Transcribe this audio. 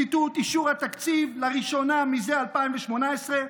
ציטוט: אישור התקציב, לראשונה משנת 2018,